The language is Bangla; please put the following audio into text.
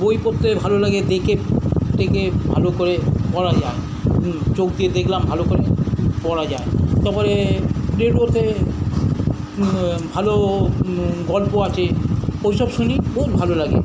বই পড়তে ভালো লাগে দেখে টেখে ভালো করে পড়া যায় চোখ দিয়ে দেখলাম ভালো করে পড়া যায় তারপরে মধ্যে ভালো গল্প আছে ওই সব শুনি বহুত ভালো লাগে